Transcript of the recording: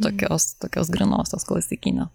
tokios tokios grynosios klasikinio